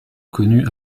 connue